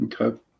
okay